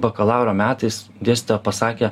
bakalauro metais dėstytoja pasakė